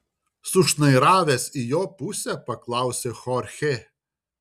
sušnairavęs į jo pusę paklausė chorchė